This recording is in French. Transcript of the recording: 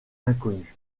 inconnu